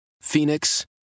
Phoenix